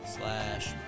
slash